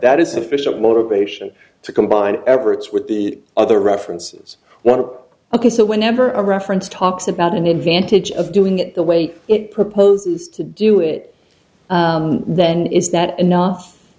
that is sufficient motivation to combine everett's with the other references one of ok so whenever a reference talks about an advantage of doing it the way it proposes to do it then is that enough